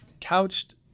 couched